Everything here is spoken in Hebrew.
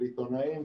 של עיתונאים,